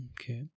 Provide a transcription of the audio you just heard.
Okay